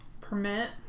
permit